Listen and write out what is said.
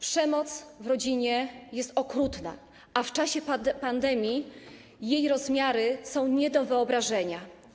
Przemoc w rodzinie jest okrutna, a w czasie pandemii jej rozmiary są nie do wyobrażenia.